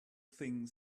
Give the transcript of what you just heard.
thing